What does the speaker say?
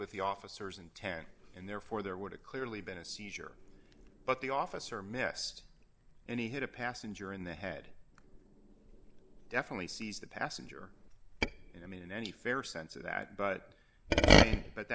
with the officers intact and therefore there would have clearly been a seizure but the officer missed and he hit a passenger in the head definitely sees the passenger and i mean in any fair sense of that but but